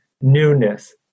newness